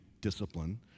discipline